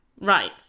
Right